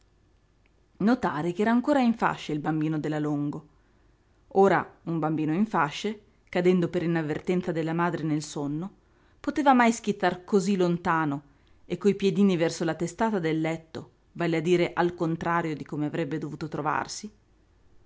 toccare notare ch'era ancora in fasce il bambino della longo ora un bambino in fasce cadendo per inavvertenza della madre nel sonno poteva mai schizzar cosí lontano e coi piedini verso la testata del letto vale a dire al contrario di come avrebbe dovuto trovarsi